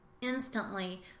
Instantly